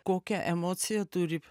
kokia emocija turi